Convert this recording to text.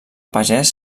pagès